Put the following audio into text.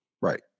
Right